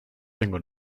tengo